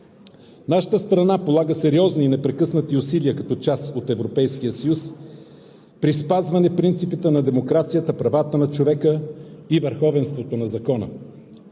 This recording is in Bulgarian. Нашата страна полага сериозни и непрекъснати усилия, като част от Европейския съюз, при спазване принципите на демокрацията, правата на човека и върховенството на закона